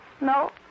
No